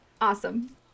Awesome